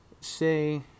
say